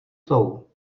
jsou